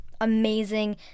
amazing